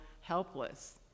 helpless